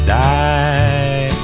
die